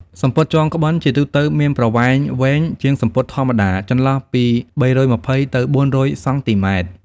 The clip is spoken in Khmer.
សំពត់ចងក្បិនជាទូទៅមានប្រវែងវែងជាងសំពត់ធម្មតា ចន្លោះពី ៣២០ ទៅ ៤០០ សង់ទីម៉ែត្រ។